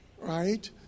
right